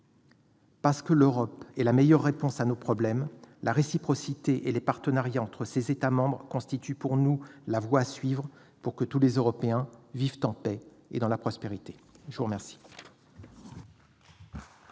Parce que l'Europe est la meilleure réponse à nos problèmes, la réciprocité et les partenariats entre ses États membres constituent pour nous la voie à suivre pour que les Européens vivent en paix et dans la prospérité. La parole